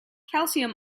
calcium